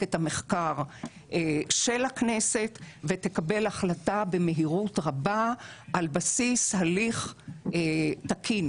מחלקת המחקר של הכנסת ותקבל החלטה במהירות רבה על בסיס הליך תקין.